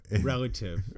Relative